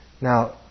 Now